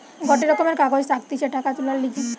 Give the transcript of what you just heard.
গটে রকমের কাগজ থাকতিছে টাকা তুলার লিগে